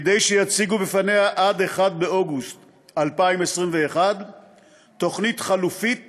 כדי שיציגו בפניה עד 1 באוגוסט 2021 תוכנית חלופית